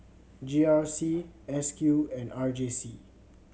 G R C S Q and R J C